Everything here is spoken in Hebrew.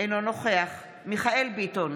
אינו נוכח מיכאל מרדכי ביטון,